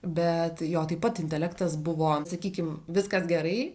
bet jo taip pat intelektas buvo sakykim viskas gerai